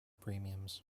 premiums